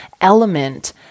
element